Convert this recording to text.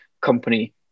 company